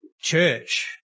church